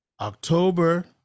October